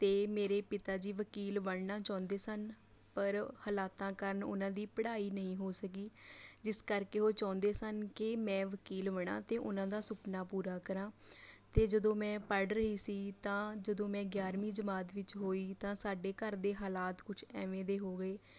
ਅਤੇ ਮੇਰੇ ਪਿਤਾ ਜੀ ਵਕੀਲ ਬਣਨਾ ਚਾਹੁੰਦੇ ਸਨ ਪਰ ਹਾਲਾਤਾਂ ਕਾਰਨ ਉਹਨਾਂ ਦੀ ਪੜ੍ਹਾਈ ਨਹੀਂ ਹੋ ਸਕੀ ਜਿਸ ਕਰਕੇ ਉਹ ਚਾਹੁੰਦੇ ਸਨ ਕਿ ਮੈਂ ਵਕੀਲ ਬਣਾ ਅਤੇ ਉਹਨਾਂ ਦਾ ਸੁਪਨਾ ਪੂਰਾ ਕਰਾਂ ਅਤੇ ਜਦੋਂ ਮੈਂ ਪੜ੍ਹ ਰਹੀ ਸੀ ਤਾਂ ਜਦੋਂ ਮੈਂ ਗਿਆਰਵੀਂ ਜਮਾਤ ਵਿੱਚ ਹੋਈ ਤਾਂ ਸਾਡੇ ਘਰ ਦੇ ਹਾਲਾਤ ਕੁਛ ਐਵੇਂ ਦੇ ਹੋ ਗਏ